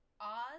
Oz